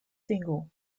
single